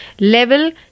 level